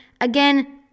Again